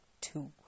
two